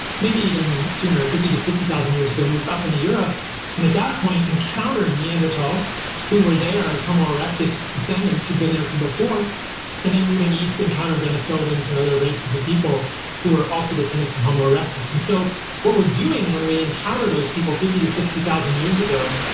maybe even sooner, fifty to sixty thousand years ago, moved up into europe and at that point encountered neanderthals who were there as homo erectus descendants who'd been there from before and then moving east encountered denisovans and other races of people who are also descended from homo erectus. and so what we're doing when we encounter those people fifty to sixty thousand years ago,